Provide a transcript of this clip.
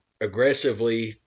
aggressively